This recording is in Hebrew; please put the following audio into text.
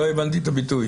לא הבנתי את הביטוי.